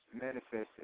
manifested